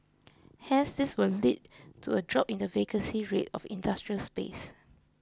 hence this would lead to a drop in the vacancy rate of industrial space